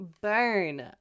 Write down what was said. Burn